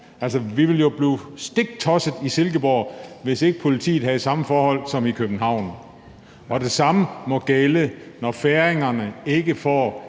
får. Vi ville jo blive stiktossede i Silkeborg, hvis ikke politiet havde samme forhold som i København. Det samme må gælde, når færingerne ikke får